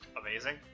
amazing